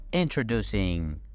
Introducing